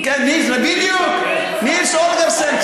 בדיוק, נילס הולגרסן.